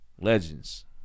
Legends